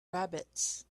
rabbits